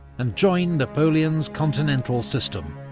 and join napoleon's continental system,